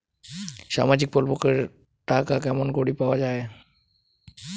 সামাজিক প্রকল্পের টাকা কেমন করি পাওয়া যায়?